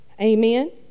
Amen